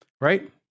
Right